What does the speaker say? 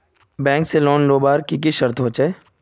Bank से loan लुबार की की शर्त होचए?